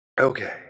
Okay